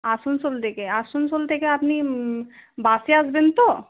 আসানসোল থেকে আসানসোল থেকে আপনি বাসে আসবেন তো